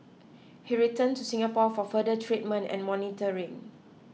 he returned to Singapore for further treatment and monitoring